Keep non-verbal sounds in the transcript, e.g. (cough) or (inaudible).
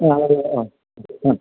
ആ (unintelligible) ആ ഉം ആ